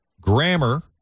grammar